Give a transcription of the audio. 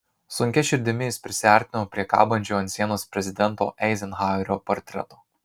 sunkia širdimi jis prisiartino prie kabančio ant sienos prezidento eizenhauerio portreto